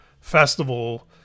festival